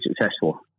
successful